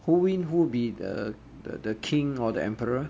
who win who be the the the king or the emperor